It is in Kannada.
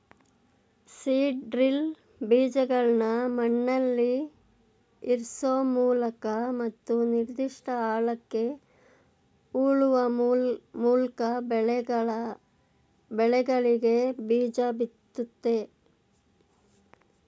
ಸೀಡ್ ಡ್ರಿಲ್ ಬೀಜಗಳ್ನ ಮಣ್ಣಲ್ಲಿಇರ್ಸೋಮೂಲಕ ಮತ್ತು ನಿರ್ದಿಷ್ಟ ಆಳಕ್ಕೆ ಹೂಳುವಮೂಲ್ಕಬೆಳೆಗಳಿಗೆಬೀಜಬಿತ್ತುತ್ತೆ